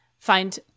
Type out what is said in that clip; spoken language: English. find